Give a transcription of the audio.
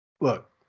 look